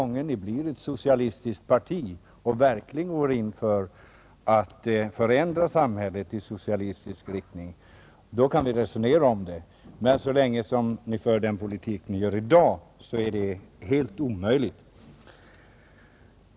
När ni blir ett socialistiskt parti och verkligen går in för att förändra samhället i socialistisk riktning, då kan vi resonera om det. Men så länge ni för den politik ni för i dag är det helt omöjligt.